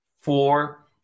four